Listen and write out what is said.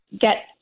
get